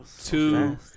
two